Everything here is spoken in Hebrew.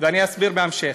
ואני אסביר בהמשך.